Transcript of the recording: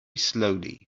slowly